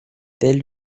del